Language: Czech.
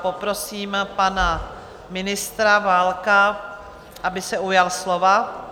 Poprosím pana ministra Válka, aby se ujal slova.